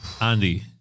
Andy